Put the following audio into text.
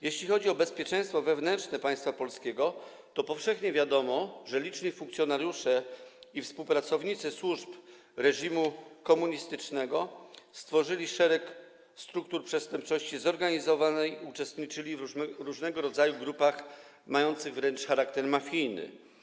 Jeśli chodzi o bezpieczeństwo wewnętrzne państwa polskiego, to powszechnie wiadomo, że liczni funkcjonariusze i współpracownicy służb reżimu komunistycznego stworzyli szereg struktur przestępczości zorganizowanej, uczestniczyli w różnego rodzaju grupach mających wręcz charakter mafijny.